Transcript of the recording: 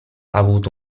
avuto